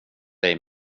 dig